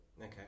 Okay